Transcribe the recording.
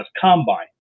combine